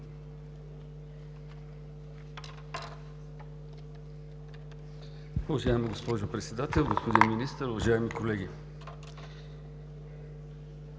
Уважаема госпожо Председател, господин Министър, уважаеми колеги!